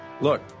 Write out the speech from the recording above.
look